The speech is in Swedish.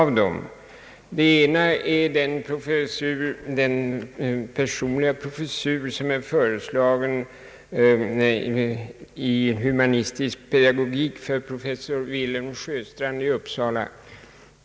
I det första fallet gäller det den personliga professur i humanistisk pedagogik som har föreslagits för professor Wilhelm Sjöstrand i Uppsala.